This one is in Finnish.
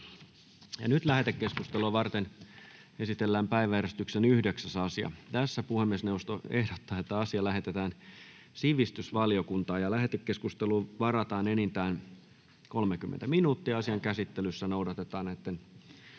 Lähetekeskustelua varten esitellään päiväjärjestyksen 9. asia. Puhemiesneuvosto ehdottaa, että asia lähetetään sivistysvaliokuntaan. Lähetekeskusteluun varataan enintään 30 minuuttia. Asian käsittelyssä noudatetaan